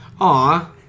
Aw